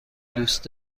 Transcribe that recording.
دوست